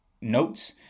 notes